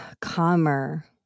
calmer